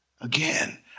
again